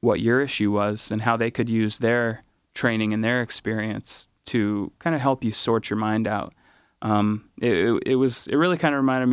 what your issue was and how they could use their training and their experience to kind of help you sort your mind out it was really kind of reminded